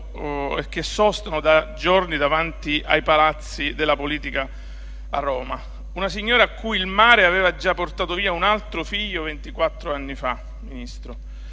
che sostano da giorni davanti ai palazzi della politica a Roma, una signora a cui il mare aveva già portato via un altro figlio ventiquattro